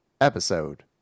episode